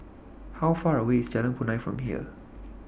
How Far away IS Jalan Punai from here